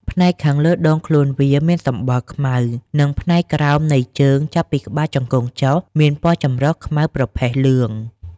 ផ្នែកខាងលើដងខ្លួនវាមានសម្បុរខ្មៅ និងផ្នែកក្រោមនៃជើងចាប់ពីក្បាលជង្គង់ចុះមានពណ៌ចម្រុះខ្មៅ ប្រផេះ លឿង។